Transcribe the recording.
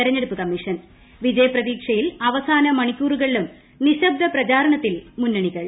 തെരഞ്ഞെടുപ്പ് കമ്മീഷൻ വിജയപ്രതീക്ഷയിൽ അവസാന മണിക്കൂറുകളിലും നിശബ്ദ പ്രചാരണത്തിൽ മുന്നണികൾ